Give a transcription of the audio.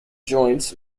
joints